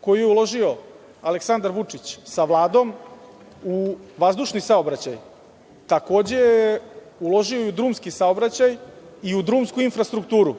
koju je uložio Aleksandar Vučić sa Vladom u vazdušni saobraćaj, takođe je uložio i u drumski saobraćaj i drumsku infrastrukturu,